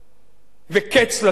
וקץ לתביעות,